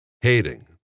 hating